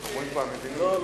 לא,